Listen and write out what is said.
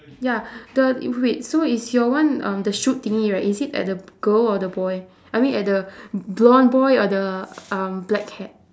ya the wait so is your one um the shoot thingy is it at the girl or the boy I mean at the blond boy or the um black hat